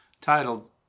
titled